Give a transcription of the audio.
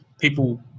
people